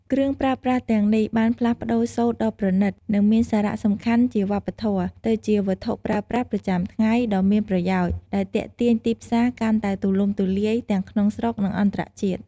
គ្រឿងប្រើប្រាស់ទាំងនេះបានផ្លាស់ប្តូរសូត្រដ៏ប្រណិត និងមានសារៈសំខាន់ជាវប្បធម៌ទៅជាវត្ថុប្រើប្រាស់ប្រចាំថ្ងៃដ៏មានប្រយោជន៍ដែលទាក់ទាញទីផ្សារកាន់តែទូលំទូលាយ ទាំងក្នុងស្រុក និងអន្តរជាតិ។